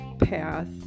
path